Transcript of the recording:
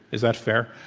is that fair?